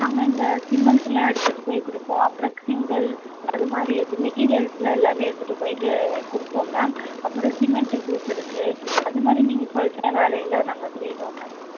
நாங்கள் இந்த சிமெண்ட்டு எல்லாம் எடுத்துகிட்டு போய் கொடுப்போம் அப்புறம் செங்கல் அதுமாதிரி இருக்கு மெட்டீரியல்ஸ் எல்லாம் எல்லாமே எடுத்துட்டு போயிட்டு கொடுப்போம் மேம் அப்புறம் சிமெண்ட்டு பூசுறது அதுமாதிரி நீங்கள் சொல்லுற வேலையெல்லாம் நாங்கள் செய்வோம் மேம்